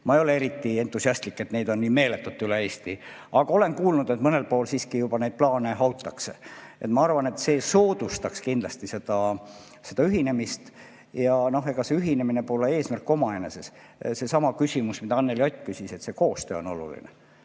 Ma ei ole eriti entusiastlik, et neid on meeletult üle Eesti, aga olen kuulnud, et mõnel pool siiski juba neid plaane hautakse. Ma arvan, et see soodustaks kindlasti seda ühinemist. Ega see ühinemine pole eesmärk omaette. Seesama küsimus, mille kohta Anneli Ott küsis, et koostöö on oluline